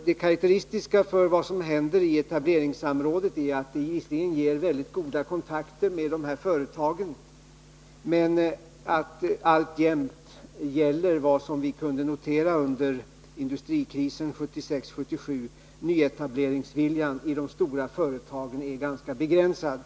Det karakteristiska för vad som händer i etableringssamrådet är att det visserligen ger mycket goda kontakter med de här företagen men att vad vi kunde notera under industrikrisen 1976-1977 alltjämt gäller: nyetableringsviljan i de stora företagen är ganska begränsad.